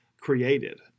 Created